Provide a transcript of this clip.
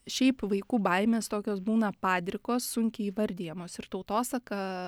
šiaip vaikų baimės tokios būna padrikos sunkiai įvardijamos ir tautosaka